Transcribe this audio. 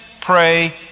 pray